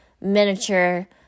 miniature